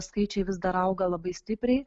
skaičiai vis dar auga labai stipriai